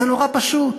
זה נורא פשוט.